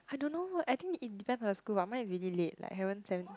I don't know I think it depends on the school what mine is really late like haven't send